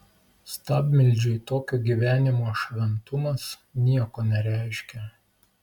stabmeldžiui tokio gyvenimo šventumas nieko nereiškia